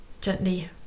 gently